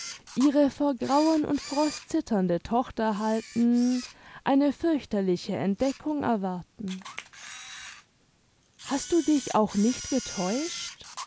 ihre vor grauen und frost zitternde tochter haltend eine fürchterliche entdeckung erwarten hast du dich auch nicht getäuscht